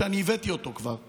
שאני הבאתי אותו כבר לממשלה,